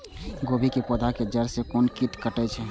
गोभी के पोधा के जड़ से कोन कीट कटे छे?